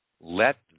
let